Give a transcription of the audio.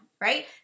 right